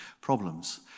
problems